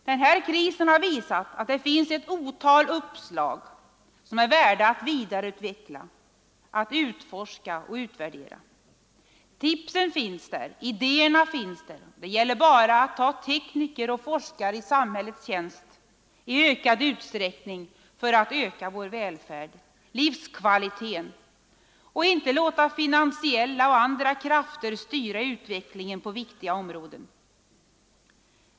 Den här krisen har visat att det finns ett otal uppslag som är värda att vidareutveckla, att utforska och utvärdera. Tipsen finns där, idéerna finns där, det gäller bara att ta tekniker och forskare i samhällets tjänst i ökad utsträckning för att öka vår välfärd, livskvaliteten, och inte låta finansiella och andra krafter styra utvecklingen på viktiga områden.